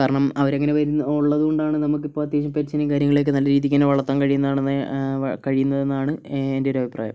കാരണം അവരങ്ങനെ വരുന്ന ഉള്ളതുകൊണ്ടാണ് നമുക്കിപ്പോൾ അത്യാവശ്യം പെറ്റ്സിനെയും കാര്യങ്ങളെയും ഒക്കെ നല്ല രീതിക്ക് തന്നെ വളർത്താൻ കഴിയുന്നതാണെന്ന് കഴിയുന്നതെന്നാണ് എൻ്റെ ഒരു അഭിപ്രായം